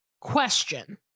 question